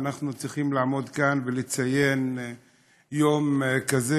אנחנו צריכים לעמוד כאן ולציין יום כזה,